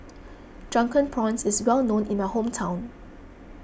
Drunken Prawns is well known in my hometown